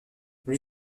lui